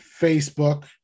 Facebook